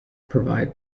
provide